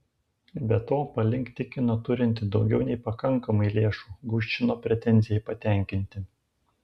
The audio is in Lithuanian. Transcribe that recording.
be to palink tikino turinti daugiau nei pakankamai lėšų guščino pretenzijai patenkinti